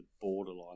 borderline